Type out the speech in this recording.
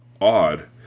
Odd